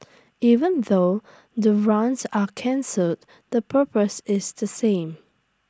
even though the runs are cancelled the purpose is the same